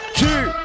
two